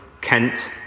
Kent